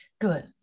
good